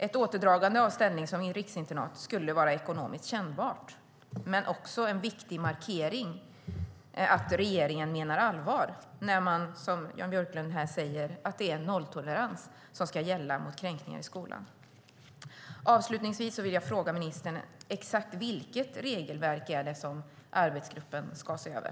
Ett återdragande av ställningen som riksinternat skulle vara ekonomiskt kännbart men också en viktig markering av att regeringen menar allvar med att det är nolltolerans mot kränkningar i skolan som ska gälla. Avslutningsvis vill jag fråga ministern exakt vilket regelverk det är som arbetsgruppen ska se över.